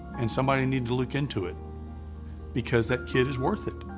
and somebody needed to look into it because that kid is worth it.